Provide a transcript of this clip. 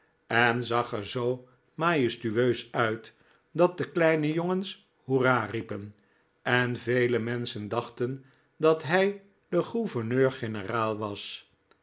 en zag er zoo majestueus uit dat de kleine jongens hoera riepen en vele menschen dachten dat hij de gouverneurgeneraal was